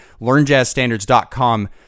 LearnJazzstandards.com